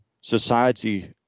society